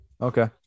Okay